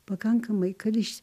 pakankamai kad iš